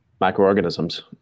Microorganisms